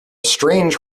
strange